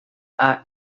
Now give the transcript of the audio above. are